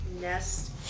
nest